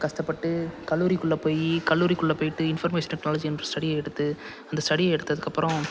கஷ்டப்பட்டு கல்லூரிக்குள்ளே போய் கல்லூரிக்குள்ளே போய்விட்டு இன்ஃபர்மேஷன் டெக்னாலஜிகிற ஸ்டடியை எடுத்து அந்த ஸ்டடியை எடுத்ததுக்கப்புறம்